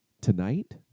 tonight